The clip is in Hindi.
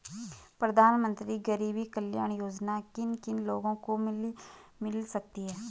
प्रधानमंत्री गरीब कल्याण योजना किन किन लोगों को मिल सकती है?